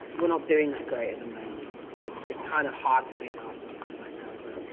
we're not doing that great at the moment. so it's it's kinda hard to be an arsenal fan right now. but,